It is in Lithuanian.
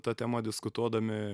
ta tema diskutuodami